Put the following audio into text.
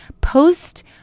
Post